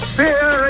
fear